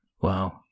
wow